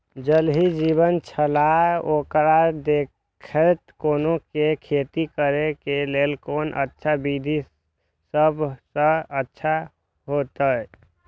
ज़ल ही जीवन छलाह ओकरा देखैत कोना के खेती करे के लेल कोन अच्छा विधि सबसँ अच्छा होयत?